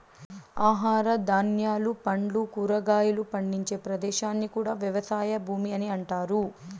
ఆహార ధాన్యాలు, పండ్లు, కూరగాయలు పండించే ప్రదేశాన్ని కూడా వ్యవసాయ భూమి అని అంటారు